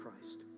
Christ